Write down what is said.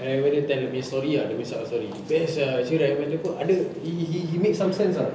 and dia tell dia punya story ah dia punya side of the story best sia actually right man dia pun ada he he he make some sense ah